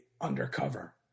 undercover